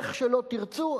איך שלא תרצו,